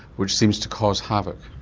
which seems to cause havoc.